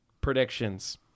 predictions